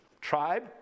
tribe